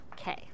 Okay